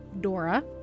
Dora